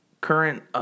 current